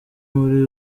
muri